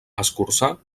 escurçar